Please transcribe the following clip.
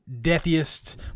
deathiest